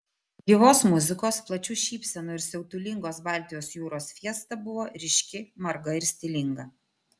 gyvos muzikos plačių šypsenų ir siautulingos baltijos jūros fiesta buvo ryški marga ir stilinga